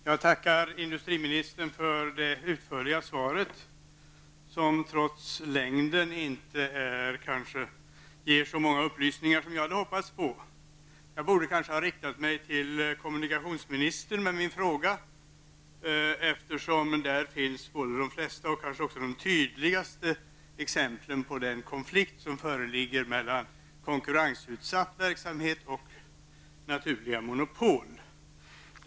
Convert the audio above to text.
Herr talman! Jag tackar industriministern för det utförliga svaret, som trots längden kanske inte ger så många upplysningar som jag hade hoppats på. Jag borde kanske ha riktat mig till kommunikationsministern med min fråga, eftersom det inom hans ansvarsområde finns både de flesta och tydligaste exemplen på den konflikt som föreligger mellan konkurrensutsatt verksamhet och naturliga monopol.